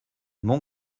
mon